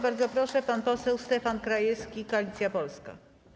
Bardzo proszę, pan poseł Stefan Krajewski, Koalicja Polska.